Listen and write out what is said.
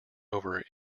over